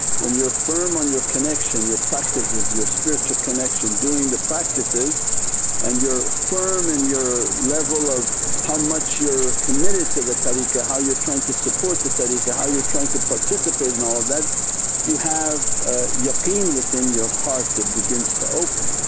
when you're firm on your connection your practices your spiritual connection, doing the practices and your firm and your level of how much you're committed to the tariqah how you're trying to support the tariqah how you're trying to participate in all of that you have a yaqeen within your heart that begins to open.